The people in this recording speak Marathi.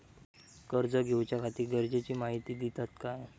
कर्ज घेऊच्याखाती गरजेची माहिती दितात काय?